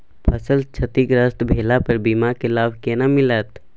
फसल क्षतिग्रस्त भेला पर बीमा के लाभ केना मिलत?